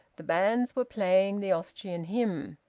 the bands were playing the austrian hymn.